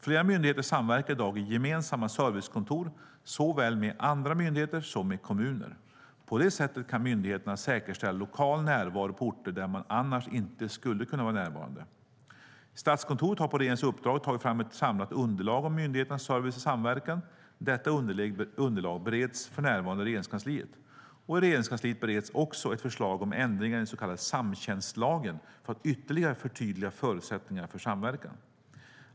Flera myndigheter samverkar i dag i gemensamma servicekontor såväl med andra myndigheter som med kommuner. På det sättet kan myndigheterna säkerställa lokal närvaro på orter där man annars inte skulle kunna vara närvarande. Statskontoret har på regeringens uppdrag tagit fram ett samlat underlag om myndigheternas service i samverkan. Detta underlag bereds för närvarande i Regeringskansliet. I Regeringskansliet bereds också ett förslag om ändringar i den så kallade samtjänstlagen för att ytterligare förtydliga förutsättningarna för samverkan.